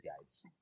guys